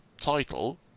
title